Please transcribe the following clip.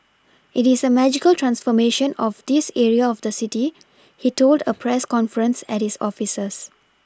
it is a magical transformation of this area of the city he told a press conference at his offices